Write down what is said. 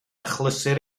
achlysur